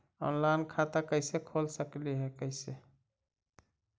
Online खाता कैसे खोल सकली हे कैसे?